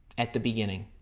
at the beginning.